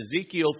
Ezekiel